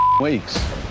weeks